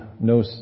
no